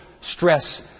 stress